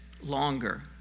longer